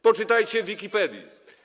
Poczytajcie w Wikipedii.